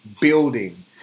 building